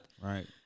Right